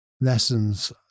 lessons